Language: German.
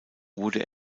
wurde